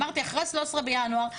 אמרתי אחרי ה-13 בינואר,